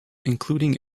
including